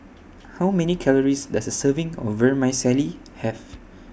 How Many Calories Does A Serving of Vermicelli Have